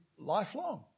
lifelong